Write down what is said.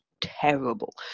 terrible